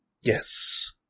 Yes